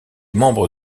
membre